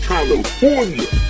California